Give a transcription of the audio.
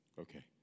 Okay